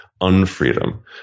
unfreedom